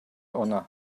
honor